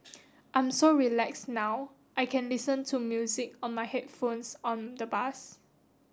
I'm so relaxed now I can listen to music on my headphones on the bus